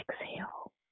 exhale